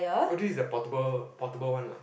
oh this is the portable portable one lah